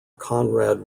konrad